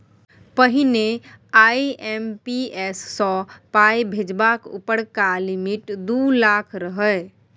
पहिने आइ.एम.पी.एस सँ पाइ भेजबाक उपरका लिमिट दु लाख रहय